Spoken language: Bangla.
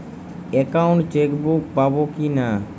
একাউন্ট চেকবুক পাবো কি না?